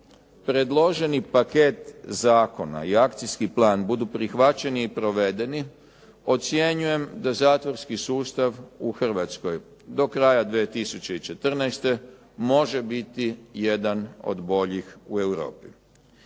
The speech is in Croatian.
predloženi paket zakona i akcijski plan budu prihvaćeni i provedeni, ocjenjujem da zatvorski sustav u Hrvatskoj do kraja 2014. može biti jedan od boljih u Europi.